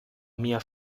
mia